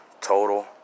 total